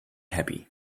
happy